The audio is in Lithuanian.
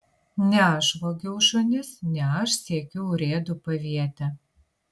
ne aš vogiau šunis ne aš siekiu urėdų paviete